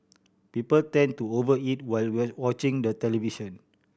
people tend to over eat while watching the television